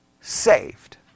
saved